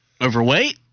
overweight